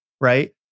right